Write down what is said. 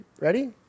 ready